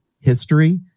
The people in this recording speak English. history